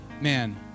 man